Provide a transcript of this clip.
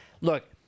Look